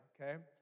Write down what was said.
okay